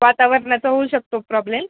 वातावरणाचा होऊ शकतो प्रॉब्लेम